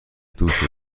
دوست